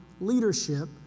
leadership